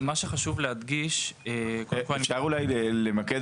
מה שחשוב להדגיש --- אפשר אולי למקד